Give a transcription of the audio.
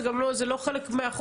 זה גם לא חלק מהחוק.